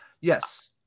Yes